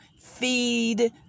feed